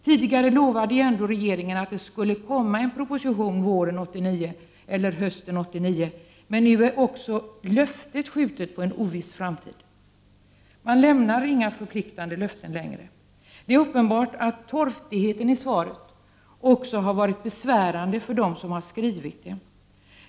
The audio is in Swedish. Tidigare lovade ju ändå regeringen att det skulle komma en proposition våren 1989 eller hösten 1989, men nu är också det löftet skjutet på en oviss framtid. Man lämnar inga förpliktande löften längre. Det är uppenbart att torftigheten i svaret också har varit besvärande för dem som har skrivit det.